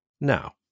now